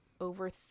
over